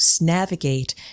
navigate